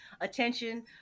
attention